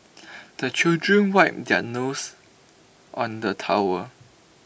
the children wipe their nose on the towel